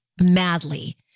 madly